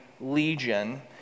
Legion